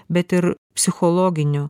bet ir psichologinių